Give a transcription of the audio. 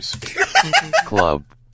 Club